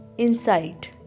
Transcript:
insight